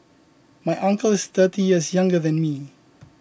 my uncle is thirty years younger than me